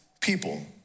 people